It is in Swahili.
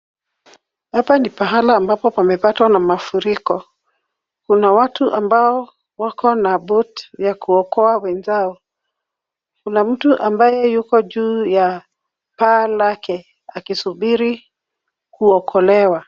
Hapa ni pahala ambapo pamepatwa na mafuriko. Kuna watu ambao wako na boat ya kuokoa wenzao. Kuna mtu ambaye yuko juu ya paa lake akisubiri kuokolewa.